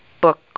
book